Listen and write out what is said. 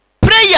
Prayer